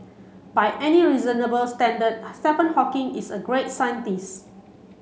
by any reasonable standard Stephen Hawking is a great scientist